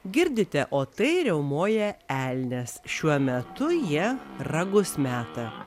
girdite o tai riaumoja elnias šiuo metu jie ragus meta